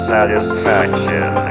Satisfaction